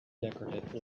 decorative